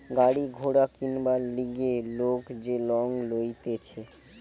গাড়ি ঘোড়া কিনবার লিগে লোক যে লং লইতেছে